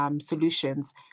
solutions